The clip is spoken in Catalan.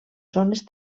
zones